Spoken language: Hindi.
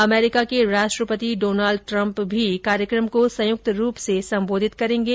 अमरीका के राष्ट्रपति डॉनल्ड ट्रंप भी कार्यक्रम को संयुक्त रूप से संबोधित करेंगे